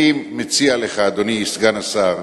אני מציע לך, אדוני סגן השר,